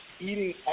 eating